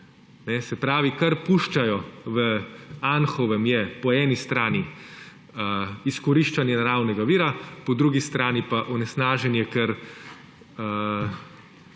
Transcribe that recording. Se pravi, kar puščajo v Anhovem, je po eni strani izkoriščanje naravnega vira, po drugi strani pa onesnaženje, ker